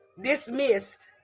dismissed